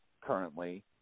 currently